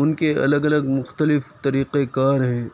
ان کے الگ الگ مختلف طریق کار ہیں